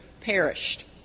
perished